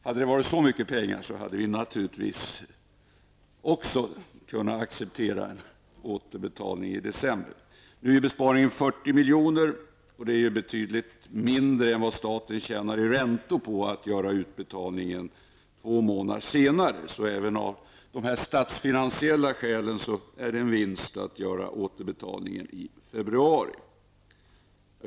Hade det varit fråga om så mycket pengar hade vi naturligtvis också kunnat acceptera en återbetalning i december. Nu är det fråga om 40 milj.kr., vilket är betydligt mindre än vad staten tjänar i räntor på att göra utbetalningen två månader senare. Av statsfinansiella skäl är det en vinst att göra återbetalningen i februari.